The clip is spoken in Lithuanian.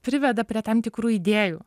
priveda prie tam tikrų idėjų